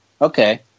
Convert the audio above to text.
Okay